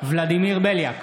ולדימיר בליאק,